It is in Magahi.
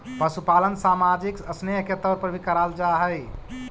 पशुपालन सामाजिक स्नेह के तौर पर भी कराल जा हई